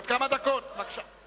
עוד כמה דקות, בבקשה.